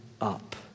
up